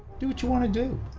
do what you want to do.